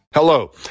Hello